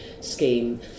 scheme